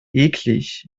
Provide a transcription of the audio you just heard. eklig